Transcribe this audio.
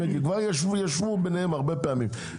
הם ישבו ביניהם הרבה פעמים.